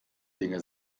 dinge